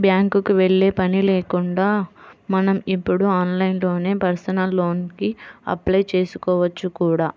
బ్యాంకుకి వెళ్ళే పని కూడా లేకుండా మనం ఇప్పుడు ఆన్లైన్లోనే పర్సనల్ లోన్ కి అప్లై చేసుకోవచ్చు కూడా